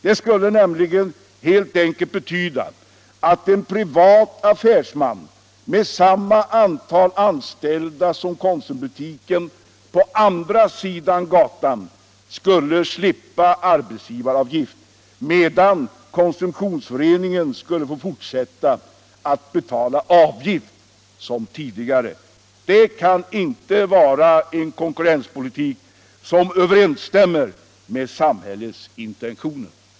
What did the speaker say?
Det skullie nämligen helt enkelt betyda att en privat affärsman med samma antal anställda som konsumbutiken på andra sidan gatan skulle slippa arbetsgivaravgift, medan konsumtionsföreningen skulle få fortsätta att betala avgift som tidigare. Det kan inte vara en konkurrenspolitik som överensstämmer med samhällets intentioner.